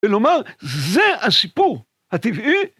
‫כלומר, זה הסיפור ‫הטבעי